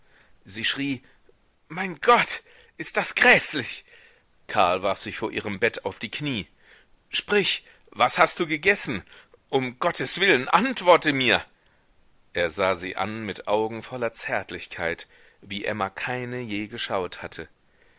sie schrie mein gott ist das gräßlich karl warf sich vor ihrem bett auf die knie sprich was hast du gegessen um gottes willen antworte mir er sah sie an mit augen voller zärtlichkeit wie emma keine je geschaut hatte